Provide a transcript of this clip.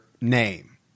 name